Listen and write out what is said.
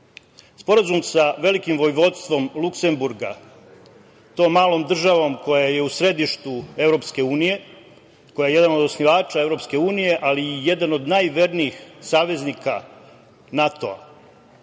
Sporazum sa Velikim vojvodstvom Luksemburga, to malom državom koja je u središtu EU, koja je jedan od osnivača EU ali i jedan od najvernijih saveznika NATO.